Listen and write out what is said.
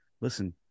listen